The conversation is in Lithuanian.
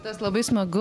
tas labai smagu